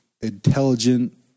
intelligent